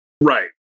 right